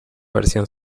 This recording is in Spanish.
versión